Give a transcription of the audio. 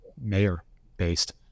mayor-based